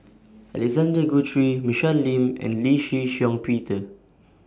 Alexander Guthrie Michelle Lim and Lee Shih Shiong Peter